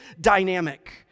dynamic